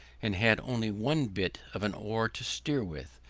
and had only one bit of an oar to steer with,